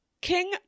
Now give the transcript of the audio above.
King